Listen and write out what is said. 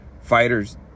Fighters